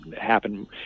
happen